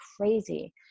crazy